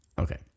Okay